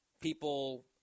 People